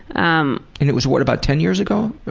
um and it was what, about ten years ago?